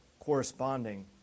corresponding